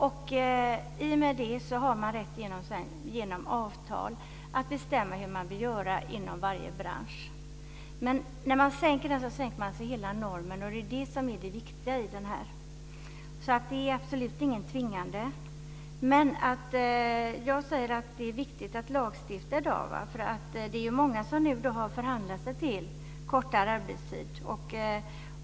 Och i och med det har man rätt att genom avtal bestämma hur man vill göra inom varje bransch. Men när man minskar normalarbetstiden så sänker man hela normen, och det är det som är det viktiga i detta sammanhang. Det är alltså absolut inte någon tvingande lagstiftning. Jag säger att det är viktigt att lagstifta i dag, eftersom det är många som nu har förhandlat sig till kortare arbetstid.